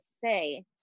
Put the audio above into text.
say